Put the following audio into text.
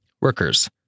Workers